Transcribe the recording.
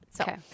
Okay